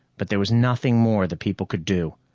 but there was nothing more the people could do.